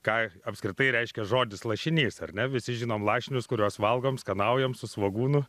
ką apskritai reiškia žodis lašinys ar ne visi žinom lašinius kuriuos valgom skanaujam su svogūnu